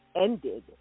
ended